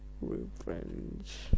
revenge